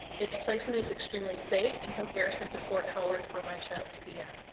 its placement is extremely safe in comparison to fort howard for my child to be at.